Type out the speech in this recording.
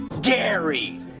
dairy